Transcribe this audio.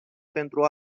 pentru